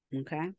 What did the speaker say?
Okay